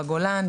בגולן,